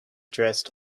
dressed